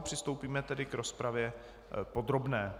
Přistoupíme tedy k rozpravě podrobné.